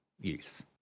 use